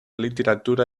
literatura